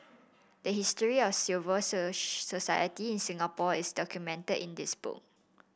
the history of civil society in Singapore is documented in this book